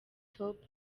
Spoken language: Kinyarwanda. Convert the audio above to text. top